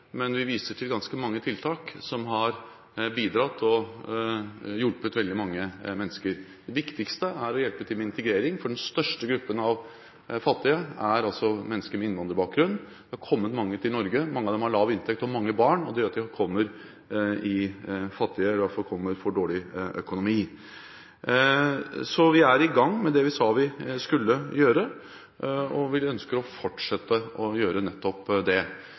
men vi viser til ganske mange tiltak som har bidratt, og som har hjulpet veldig mange mennesker. Det viktigste er å hjelpe til med integrering, for den største gruppen av fattige er mennesker med innvandrerbakgrunn. Det har kommet mange til Norge. Mange av dem har lav inntekt og mange barn, og det gjør at de kommer hit fattige, eller i hvert fall med dårlig økonomi. Vi er i gang med det vi sa vi skulle gjøre, og vi ønsker å fortsette å gjøre nettopp det.